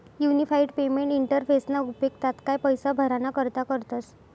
unified payment इंटरफेसना उपेग तात्काय पैसा भराणा करता करतस